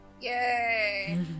Yay